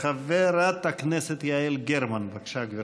חברת הכנסת יעל גרמן, בבקשה, גברתי.